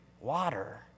Water